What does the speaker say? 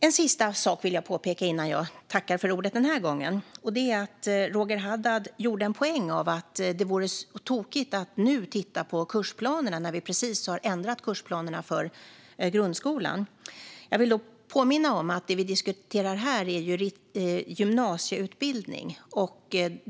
En sista sak vill jag påpeka innan jag tackar för ordet den här gången, och det är att Roger Haddad gjorde en poäng av att det vore tokigt att titta på kursplanerna nu när vi precis har ändrat kursplanerna för grundskolan. Jag vill då påminna om att det vi diskuterar här är gymnasieutbildning.